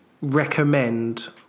recommend